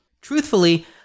Truthfully